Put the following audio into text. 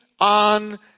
on